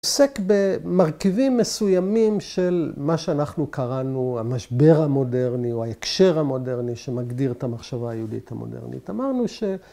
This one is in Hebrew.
‫הוא עוסק במרכיבים מסוימים ‫של מה שאנחנו קראנו ‫"המשבר המודרני", או "ההקשר המודרני", ‫שמגדיר את המחשבה היהודית המודרנית. ‫אמרנו ש...